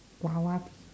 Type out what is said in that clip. wawa pic~